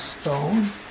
stone